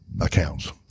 accounts